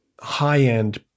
high-end